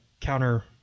counter